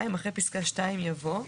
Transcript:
אחרי פסקה (2) יבוא: